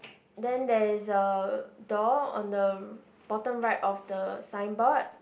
then there is a door on the bottom right of the signboard